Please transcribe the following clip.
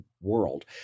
world